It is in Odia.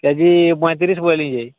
କେଜି ପଇଁତିରିଶି ବୋଲିଛି